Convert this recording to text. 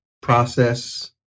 process